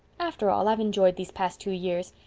after all, i've enjoyed these past two years.